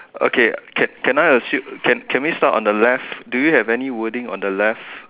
okay can can I assume can we start on the left do you have any wording on the left